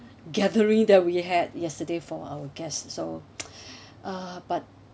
gathering that we had yesterday for our guests so uh but